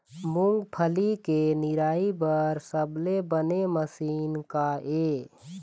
मूंगफली के निराई बर सबले बने मशीन का ये?